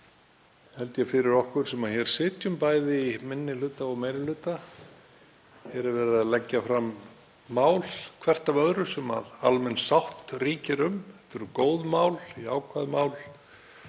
dagur fyrir okkur sem hér sitjum, bæði í minni hluta og meiri hluta. Hér er verið að leggja fram mál, hvert af öðru, sem almenn sátt ríkir um. Það eru góð mál, jákvæð mál